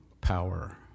power